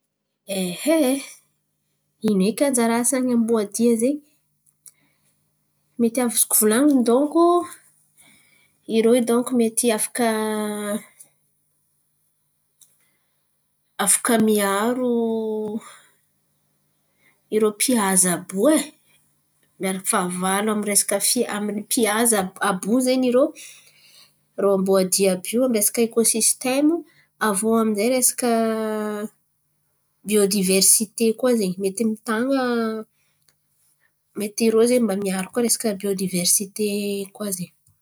Ino eky anjara asan'n̈y amboadia, zen̈y? Mety azoko volan̈ina donko, irô io donko mety afaka miaro irô mpihaza àby io. Miaro fahavalo amy ny resaka mpihaza, amboa zen̈y irô, irô amboadia, àby io amy ny resaka ekosistem avy eo amin'zay amy ny resaka biodivesite koa zen̈y, mety mitana, mety irô zen̈y miaro koa amy ny resaka biodiversite koa zen̈y.